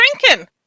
drinking